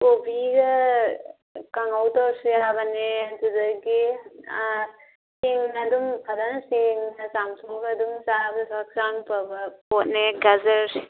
ꯀꯣꯕꯤꯒ ꯀꯥꯡꯍꯧ ꯇꯧꯔꯁꯨ ꯌꯥꯕꯅꯦ ꯑꯗꯨꯗꯒꯤ ꯍꯤꯡꯅ ꯑꯗꯨꯝ ꯐꯖꯅ ꯁꯦꯡꯅ ꯆꯝꯊꯣꯛꯑꯒ ꯑꯗꯨꯝ ꯆꯥꯕꯁꯨ ꯍꯛꯆꯥꯡ ꯐꯥꯕ ꯄꯣꯠꯅꯦ ꯒꯖꯔꯁꯦ